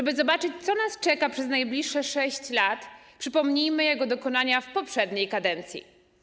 Aby zobaczyć, co nas czeka przez najbliższe 6 lat, przypomnijmy jego dokonania w poprzedniej kadencji.